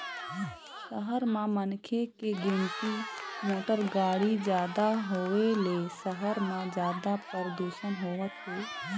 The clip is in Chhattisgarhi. सहर म मनखे के गिनती, मोटर गाड़ी जादा होए ले सहर म जादा परदूसन होवत हे